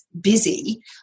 busy